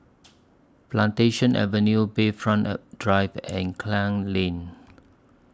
Plantation Avenue Bayfront Drive and Klang Lane